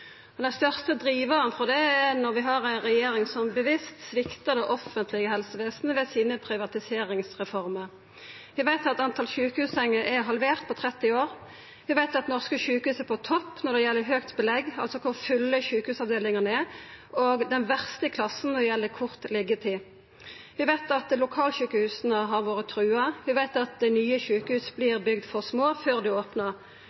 største drivaren for det er at vi har ei regjering som bevisst sviktar det offentlege helsevesenet ved sine privatiseringsreformer. Vi veit at talet på sjukehussengar er halvert på 30 år. Vi veit at norske sjukehus er på topp når det gjeld høgt belegg, altså kor fulle sjukehusavdelingane er, og den verste i klassen når det gjeld kort liggjetid. Vi veit at lokalsjukehusa har vore trua. Vi veit at nye sjukehus vert bygde for små før dei opnar.